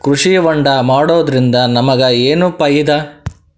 ಕೃಷಿ ಹೋಂಡಾ ಮಾಡೋದ್ರಿಂದ ನಮಗ ಏನ್ ಫಾಯಿದಾ?